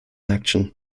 action